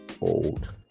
old